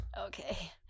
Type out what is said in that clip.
Okay